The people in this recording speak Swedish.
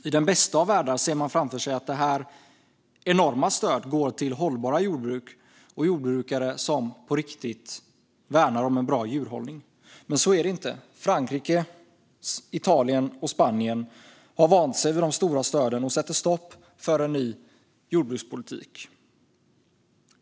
I den bästa av världar ser man framför sig att detta enorma stöd går till hållbara jordbruk och jordbrukare som på riktigt värnar om en bra djurhållning. Men så är det inte - Frankrike, Italien och Spanien har vant sig vid de stora stöden och sätter stopp för en ny jordbrukspolitik.